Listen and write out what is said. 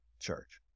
Church